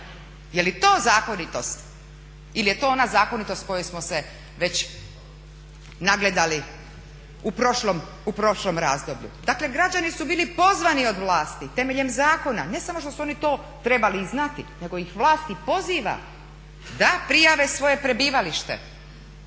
Je li to zakonitost ili je to ona zakonitost kojoj smo se već nagledali u prošlom razdoblju? Dakle, građani su bili pozvani od vlasti temeljem zakona, ne samo što su oni to trebali znati, nego ih vlasti i poziva da prijave svoje prebivalište.